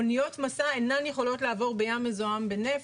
אניות משא אינן יכולות לעבור בים מזוהם בנפט.